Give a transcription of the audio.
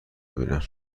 ببینن